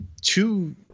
two